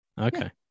Okay